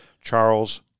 Charles